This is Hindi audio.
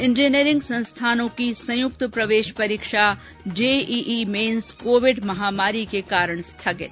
इंजिनियरिंग संस्थानों की संयुक्त प्रवेश परीक्षा जेईई मेन्स कोविड महामारी के कारण स्थगित